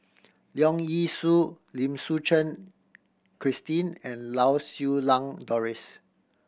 Leong Yee Soo Lim Suchen Christine and Lau Siew Lang Doris